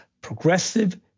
progressive